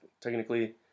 technically